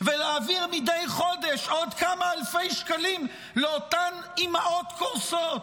ולהעביר מדי חודש עוד כמה אלפי שקלים לאותן אימהות קורסות.